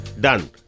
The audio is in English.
done